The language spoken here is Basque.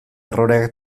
erroreak